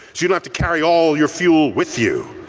you don't have to carry all your fuel with you.